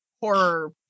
horror